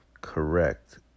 correct